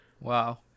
Wow